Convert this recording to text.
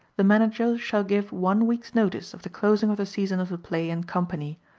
the manager shall give one week's notice of the closing of the season of the play and company,